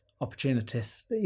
opportunities